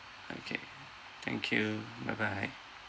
okay thank you bye bye